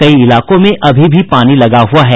कई इलाकों में अभी भी पानी लगा हुआ है